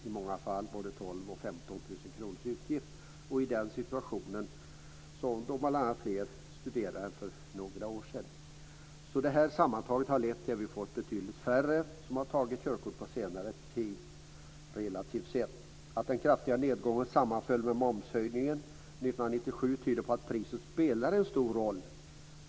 I många fall kan det röra sig om en utgift på både 12 000 kr och 15 000 kr. Det är då i en situation då bl.a. fler studerar än för några år sedan. Det här har sammantaget lett till att det, relativt sett, har blivit betydligt färre som har tagit körkort under senare tid. Att den kraftiga nedgången sammanföll med momshöjningen 1997 tyder på att priset spelar en stor roll.